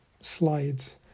slides